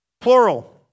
Plural